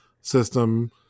system